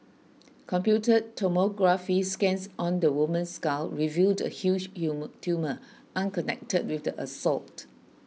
computed tomography scans on the woman's skull revealed a huge tumour unconnected with the assault